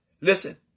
Listen